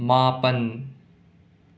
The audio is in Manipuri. ꯃꯥꯄꯟ